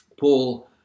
Paul